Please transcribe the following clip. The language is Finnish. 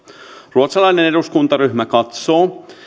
ruotsalainen eduskuntaryhmä katsoo